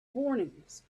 warnings